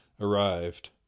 arrived